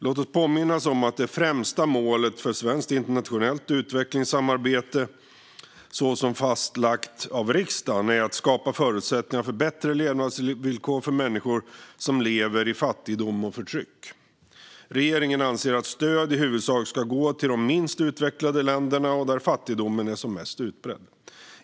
Låt oss påminna oss om att det främsta målet för svenskt internationellt utvecklingssamarbete, så som fastlagt av riksdagen, är att skapa förutsättningar för bättre levnadsvillkor för människor som lever i fattigdom och förtryck. Regeringen anser att stöd i huvudsak ska gå till de minst utvecklade länderna, där fattigdomen är som mest utbredd.